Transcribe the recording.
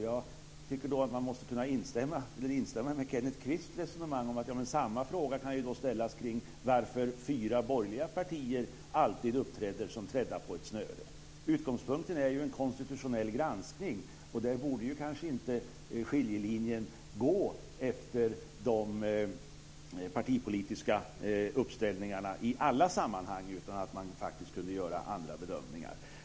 Jag instämmer då i Kenneth Kvists resonemang. Samma fråga kan ställas om varför de fyra borgerliga partierna alltid uppträder som trädda på ett snöre. Utgångspunkten är ju en konstitutionell granskning. Då borde skiljelinjen kanske inte gå efter de partipolitiska uppställningarna i alla sammanhang. Man kunde faktiskt göra andra bedömningar.